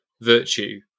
virtue